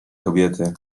kobiety